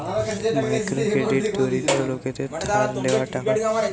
micro credit দরিদ্র লোকদের ধার লেওয়া টাকা